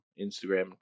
Instagram